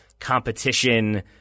competition